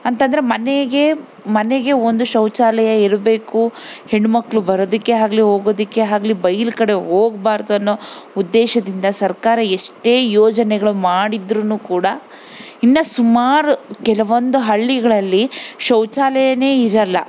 ಅಂತಂದರೆ ಮನೆಗೆ ಮನೆಗೆ ಒಂದು ಶೌಚಾಲಯ ಇರಬೇಕು ಹೆಣ್ಮಕ್ಕಳು ಬರೋದಿಕ್ಕೆ ಆಗ್ಲಿ ಹೋಗೋದಿಕ್ಕೆ ಆಗ್ಲಿ ಬಯ್ಲು ಕಡೆ ಹೋಗ್ಬಾರ್ದನ್ನೋ ಉದ್ದೇಶದಿಂದ ಸರ್ಕಾರ ಎಷ್ಟೇ ಯೋಜನೆಗಳು ಮಾಡಿದ್ರು ಕೂಡ ಇನ್ನು ಸುಮಾರು ಕೆಲವೊಂದು ಹಳ್ಳಿಗಳಲ್ಲಿ ಶೌಚಾಲಯ ಇರಲ್ಲ